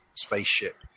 spaceship